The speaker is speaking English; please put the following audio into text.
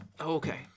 Okay